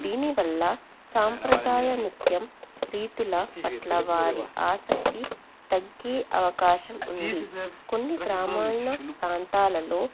దీనివల్ల సాంప్రదాయ నృత్యం రీతులపట్ల వారి ఆసక్తి తగ్గే అవకాశం ఉంది కొన్ని గ్రామీణ ప్రాంతాలలో